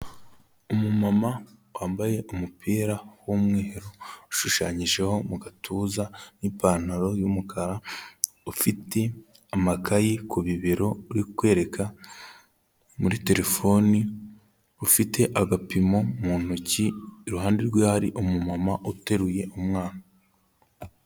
Umumama wambaye umupira w'umweru. Ushushanyijeho mu gatuza n'ipantaro y'umukara, ufite amakayi ku bibero, uri kwereka muri telefoni, ufite agapimo mu ntoki, iruhande rwe hari umumama uteruye umwana.